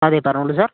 അതെ പറഞൊളൂ സാര്